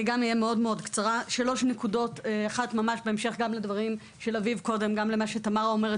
שלוש נקודות וגם בהמשך לדבריהן של אביב ותמר.